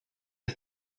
you